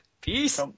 Peace